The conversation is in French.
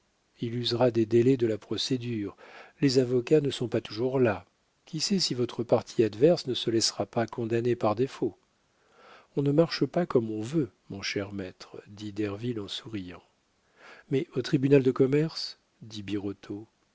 il usera des délais de la procédure les avocats ne sont pas toujours là qui sait si votre partie adverse ne se laissera pas condamner par défaut on ne marche pas comme on veut mon cher maître dit derville en souriant mais au tribunal de commerce dit